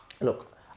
Look